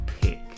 pick